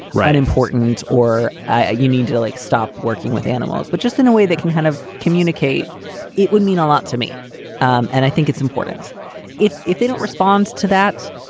right important or you need to to like stop working with animals, but just in a way that can kind of communicate it would mean a lot to me and i think it's important if if they don't respond to that.